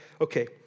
Okay